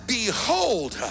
behold